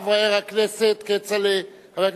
חבר הכנסת כצל'ה.